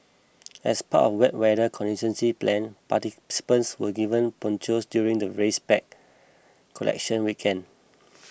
as part of wet weather contingency plan participants were given ponchos during the race pack collection weekend